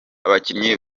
bakinnyi